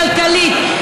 כלכלית?